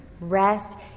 rest